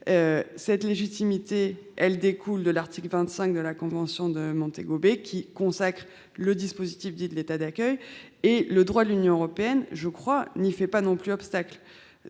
Cette légitimité découle de l'article 25 de la convention de Montego Bay, qui consacre le dispositif de l'État d'accueil. Le droit de l'Union européenne n'y fait pas non plus obstacle.